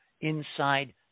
inside